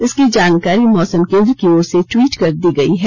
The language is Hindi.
इसकी जानकारी मौसम केंद्र की ओर से ट्वीट कर दी गयी है